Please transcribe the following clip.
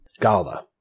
gala